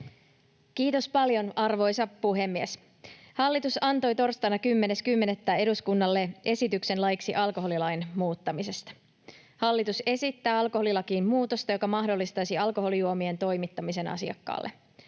Kiitos paljon, arvoisa puhemies! Hallitus antoi torstaina 10.10. eduskunnalle esityksen laiksi alkoholilain muuttamisesta. Hallitus esittää alkoholilakiin muutosta, joka mahdollistaisi alkoholijuomien toimittamisen asiakkaalle.